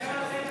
להביע אי-אמון